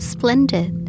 Splendid